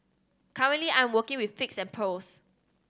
currently I am working with figs and pears